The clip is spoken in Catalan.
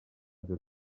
que